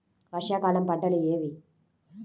వర్షాకాలం పంటలు ఏవి?